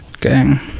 Gang